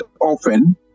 often